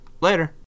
Later